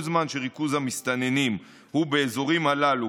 כל זמן שריכוז המסתננים הוא באזורים הללו,